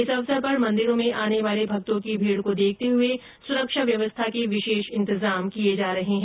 इस अवसर पर मन्दिरों में आने वाले भक्तों की भीड़ को देखते हुए सुरक्षा व्यवस्था के विशेष इन्तजाम किए जा रहे है